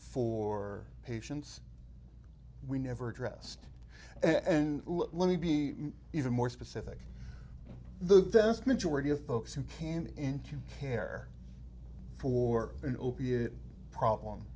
for patients we never addressed and let me be even more specific the vast majority of folks who can into care for an opiate problem